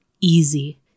easy